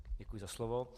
Děkuji za slovo.